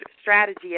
strategy